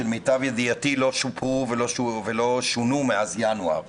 שלמיטב ידיעתי לא שופרו ולא שונו מאז ינואר.